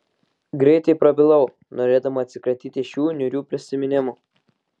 greitai prabilau norėdama atsikratyti šių niūrių prisiminimų